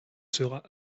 sera